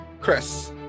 Chris